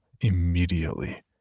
immediately